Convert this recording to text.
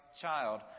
child